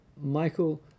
michael